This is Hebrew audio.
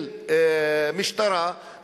של משטרה,